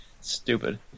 Stupid